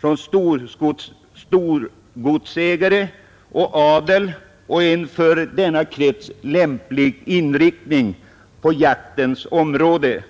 som kom från storgodsägare och adel och som hävdade en för denna krets lämplig inriktning på jaktens område.